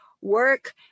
work